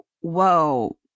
whoa